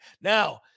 Now